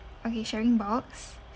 okay sharing box